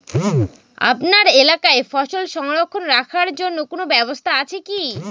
আপনার এলাকায় ফসল সংরক্ষণ রাখার কোন ব্যাবস্থা আছে কি?